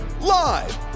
live